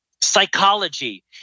psychology